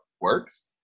works